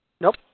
Nope